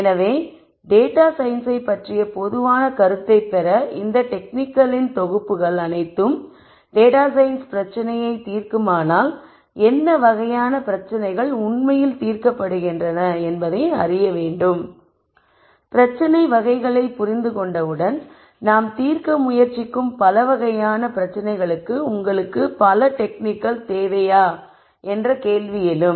எனவே டேட்டா சயின்ஸை பற்றிய பொதுவான கருத்தைப் பெற இந்த டெக்னிக்களின் தொகுப்புகள் அனைத்தும் டேட்டா சயின்ஸ் பிரச்சனையை தீர்க்குமானால் என்ன வகையான பிரச்சனைகள் உண்மையில் தீர்க்கப்படுகின்றன என்பதை அறிய வேண்டும் பிரச்சனை வகைகளைப் புரிந்து கொண்டவுடன் நாம் தீர்க்க முயற்சிக்கும் பல வகையான பிரச்சனைகளுக்கு உங்களுக்கு பல டெக்னிக்கள் தேவையா என்ற கேள்வி எழும்